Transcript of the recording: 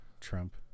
Trump